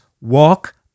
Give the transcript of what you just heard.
walk